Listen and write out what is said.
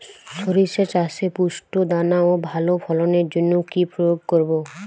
শরিষা চাষে পুষ্ট দানা ও ভালো ফলনের জন্য কি প্রয়োগ করব?